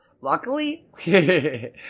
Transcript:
Luckily